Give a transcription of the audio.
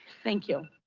thank you.